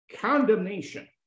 condemnation